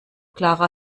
klarer